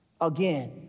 again